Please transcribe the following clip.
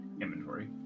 inventory